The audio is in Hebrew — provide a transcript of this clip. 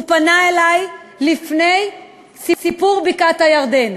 הוא פנה אלי לפני סיפור בקעת-הירדן